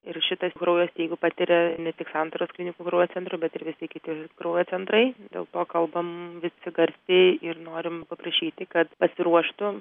ir šitas kraujo stygių patiria ne tik santaros klinikų kraujo centro bet ir visi kiti kraujo centrai dėl to kalbam visi garsiai ir norim paprašyti kad pasiruoštų